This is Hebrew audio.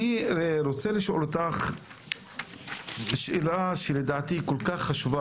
אני רוצה לשאול אותך שאלה שלדעתי כל כך חשובה